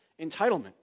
Entitlement